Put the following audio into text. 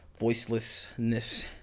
voicelessness